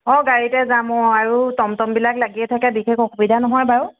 অ' গাড়ীতে যাম অ' আৰু টমটমবিলাক লাগিয়ে থাকে বিশেষ অসুবিধা নহয় বাৰু